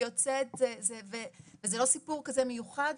היא יוצאת וזה לא סיפור כזה מיוחד,